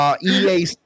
EA